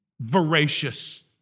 voracious